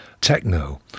techno